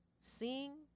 sing